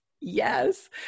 Yes